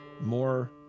more